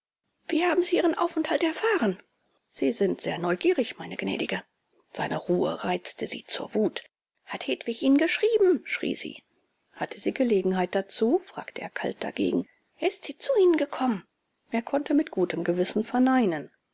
wie haben sie ihren aufenthalt erfahren sie sind sehr neugierig meine gnädige seine ruhe reizte sie zur wut hat hedwig ihnen geschrieben schrie sie hatte sie gelegenheit dazu fragte er kalt dagegen ist sie zu ihnen gekommen er konnte mit gutem gewissen verneinen